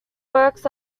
works